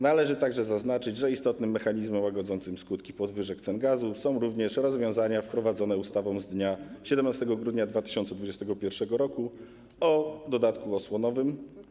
Należy także zaznaczyć, że istotnym mechanizmem łagodzącym skutki podwyżek cen gazu są również rozwiązania wprowadzone ustawą z dnia 17 grudnia 2021 r. o dodatku osłonowym.